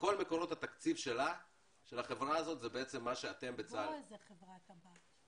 שכל מקורות התקציב שלה זה מה שאתם בצה"ל --- בועז הוא מנכ"ל חברת הבת.